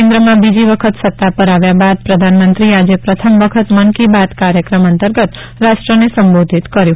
કેન્દ્રમાં બીજી વખત સત્તા પર આવ્યા બાદ પ્રધાનમંત્રીએ આજે પ્રથમ વખત મન કી બાત કાર્યક્રમ અંતર્ગત રાષ્ટ્રને સંબોધિત કર્યું